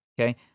Okay